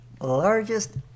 largest